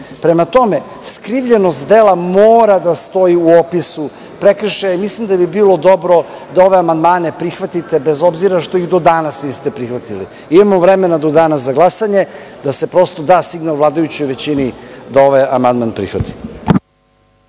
čin. Prema tome, skrivljenost dela mora da stoji u opisu prekršaja. Mislim da bi bilo dobro da ove amandmane prihvatite, bez obzira što ih danas niste prihvatili. Imamo vremena do dana za glasanje, da se da signal vladajućoj većini da ovaj amandman prihvati.